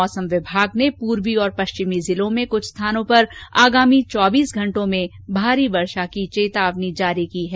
मौसम विभाग ने पूर्वी और पश्चिमी जिलों में कुछ स्थानों पर आगामी चौबीस घंटों में भारी वर्षा की चेतावनी जारी की है